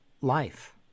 life